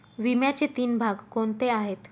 विम्याचे तीन भाग कोणते आहेत?